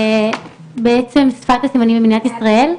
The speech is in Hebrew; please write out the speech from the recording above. בעצם שפת הסימנים במדינת ישראל,